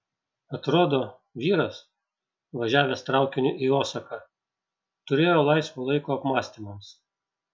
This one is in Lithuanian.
atrodo vyras važiavęs traukiniu į osaką turėjo laisvo laiko apmąstymams